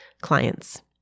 clients